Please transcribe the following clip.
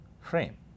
frame